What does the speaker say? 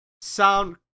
Sound